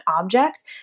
object